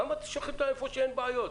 למה שולחים אותם לאיפה שאין בעיות?